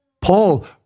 Paul